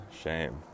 shame